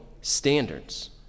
standards